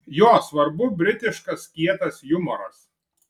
jo svarbu britiškas kietas jumoras